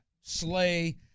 Slay